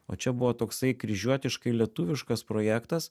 o čia buvo toksai kryžiuotiškai lietuviškas projektas